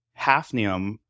Hafnium